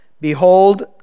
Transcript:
Behold